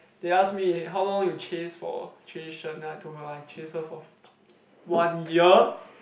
they ask me how long you chase for chase Shen then I told her I chase her for fucking one year